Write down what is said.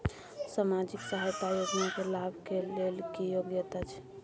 सामाजिक सहायता योजना के लाभ के लेल की योग्यता छै?